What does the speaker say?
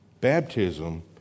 Baptism